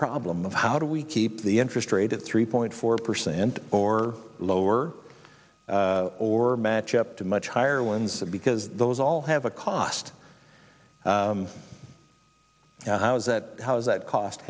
problem of how do we keep the interest rate at three point four percent or lower or match up to much higher ones because those all have a cost you know how is that how is that cost